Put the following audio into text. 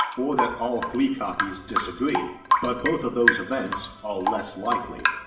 or that all three copies disagree, but both of those events are less likely.